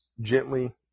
gently